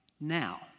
now